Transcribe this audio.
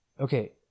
Okay